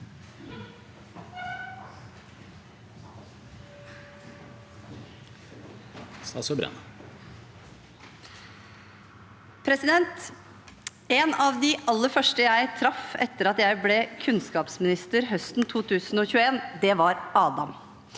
En av de aller første jeg traff etter at jeg ble kunnskapsminister høsten 2021, var Adam.